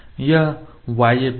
यह yz plane है